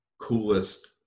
coolest